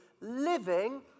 living